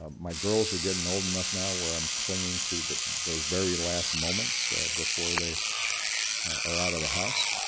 um my girls are getting old enough now where i'm clinging to but those very last moments before they are out of the house.